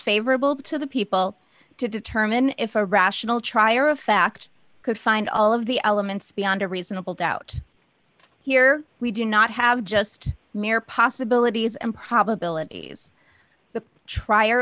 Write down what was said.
favorable to the people to determine if a rational trier of fact could find all of the elements beyond a reasonable doubt here we do not have just mere possibilities and probabilities t